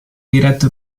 diretto